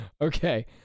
Okay